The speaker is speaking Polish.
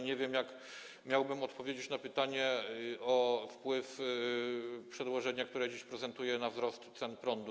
Nie wiem, jak miałbym odpowiedzieć na pytanie o wpływ przedłożenia, które dziś prezentuję, na wzrost cen prądu.